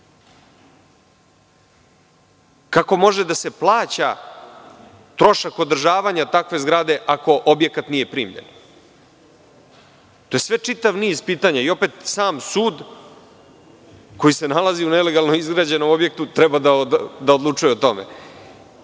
može da se plaća trošak održavanja takve zgrade ako objekat nije primljen? To je sve čitav niz pitanja. Opet sam sud, koji se nalazi u nelegalno izgrađenom objektu, treba da odlučuje o tome.